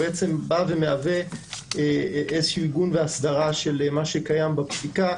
אלא זה בעצם עיגון והסדרה של מה שקיים בפסיקה.